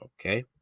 Okay